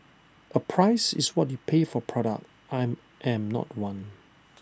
A 'price' is what you pay for product I am not one